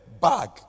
Bag